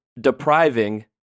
depriving